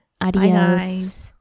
Adios